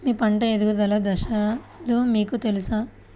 మీ పంట ఎదుగుదల దశలు మీకు తెలుసా?